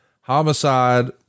Homicide